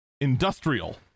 industrial